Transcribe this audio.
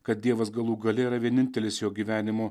kad dievas galų gale yra vienintelis jo gyvenimo